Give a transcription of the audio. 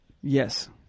Yes